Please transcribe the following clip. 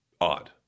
odd